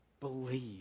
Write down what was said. believe